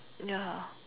ya